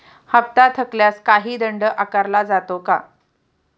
हप्ता थकल्यास काही दंड आकारला जातो का?